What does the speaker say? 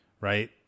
Right